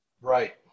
Right